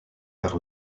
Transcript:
vers